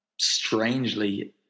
strangely